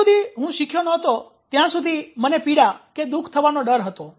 જ્યાં સુધી હું શીખ્યો નહોતો ત્યાં સુધી મને પીડાદુઃખ થવાનો ડર હતો